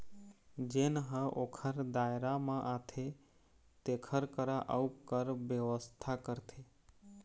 जेन ह ओखर दायरा म आथे तेखर करा अउ कर बेवस्था करथे